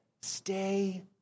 stay